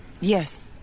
Yes